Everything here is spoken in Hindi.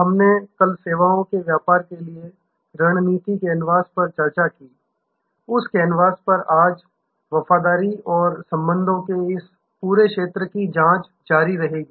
हमने कल सेवाओं के व्यापार के लिए रणनीति कैनवास पर चर्चा की उस कैनवास पर आज वफादारी और संबंधों के इस पूरे क्षेत्र की जांच जारी रहेगी